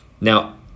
now